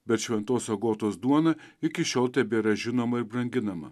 bet šventos agotos duona iki šiol tebėra žinoma ir branginama